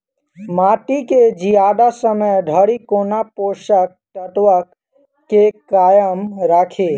माटि केँ जियादा समय धरि कोना पोसक तत्वक केँ कायम राखि?